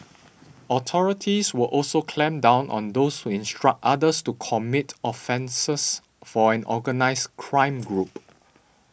authorities would also clamp down on those who instruct others to commit offences for an organised crime group